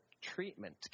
treatment